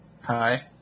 Hi